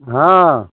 हँ